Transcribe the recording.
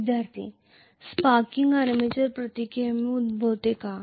विद्यार्थी sparking armature प्रतिक्रियेमुळे उद्भवते काय